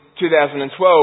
2012